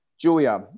Julia